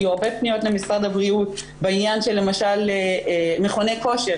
הגיעו הרבה פניות למשרד הבריאות בעניין של למשל מכוני כושר